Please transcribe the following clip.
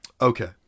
okay